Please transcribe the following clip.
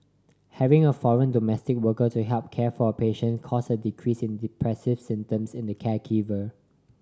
having a foreign domestic worker to help care for a patient caused a decrease in depressive symptoms in the caregiver